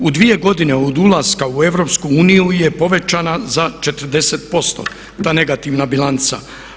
U 2 godine od ulaska u EU je povećana za 40% ta negativna bilanca.